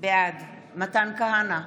בעד מתן כהנא,